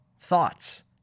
thoughts